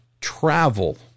travel